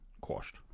quashed